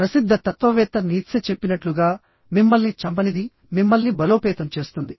ప్రసిద్ధ తత్వవేత్త నీత్సె చెప్పినట్లుగా మిమ్మల్ని చంపనిది మిమ్మల్ని బలోపేతం చేస్తుంది